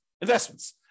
investments